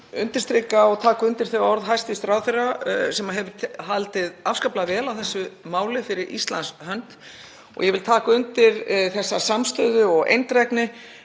undirstrika og taka undir orð hæstv. ráðherra sem hefur haldið afskaplega vel á þessu máli fyrir Íslands hönd. Ég vil taka undir þessa samstöðu og eindrægni